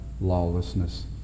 lawlessness